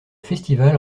festival